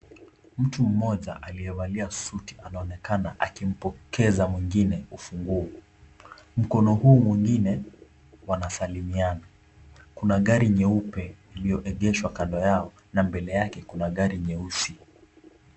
Mtu mmoja aliyevalia suti anaonekana akimpokeza mwengine funguo mkono huu mwingine wanasalimiana. Kuna gari nyeupe iliyoeegeshwa kando yao na mbele yao kuna gari nyeusi.